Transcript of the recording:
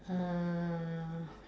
uh